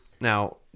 Now